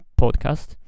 podcast